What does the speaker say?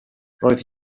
roedd